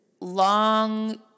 long